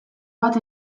bat